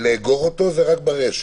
ולאגור אותו זה רק ברשת.